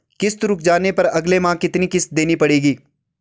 किश्त रुक जाने पर अगले माह कितनी किश्त देनी पड़ेगी?